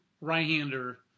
right-hander